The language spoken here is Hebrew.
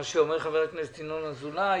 למה שאמר חבר הכנסת ינון אזולאי.